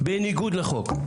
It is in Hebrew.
בניגוד לחוק,